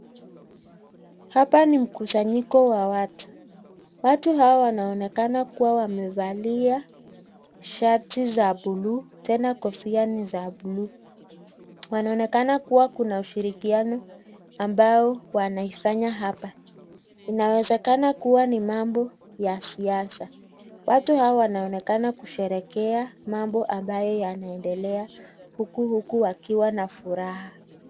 Hapa ni mkusanyiko wa watu. Watu hawa wanaonekana kuwa wamevalia shati za buluu, tena kofia ni za buluu. Wanonekana kuwa kuna ushirikiano ambao wanaifanya hapa. Inawezekana kuwa ni mambo ya siasa. Watu hawa wanaonekana kusherehekea mambo ambayo yanaendelea huku huku wakiwa na furaha.